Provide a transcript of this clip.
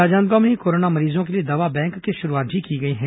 राजनांदगांव में ही कोरोना मरीजों के लिए दवा बैंक की शुरूआत भी की गई है